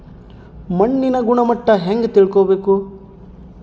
ಮಣ್ಣಿನ ಗುಣಮಟ್ಟ ಹೆಂಗೆ ತಿಳ್ಕೊಬೇಕು?